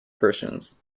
persons